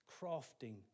crafting